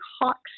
hawks